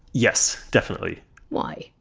yes, definitely why?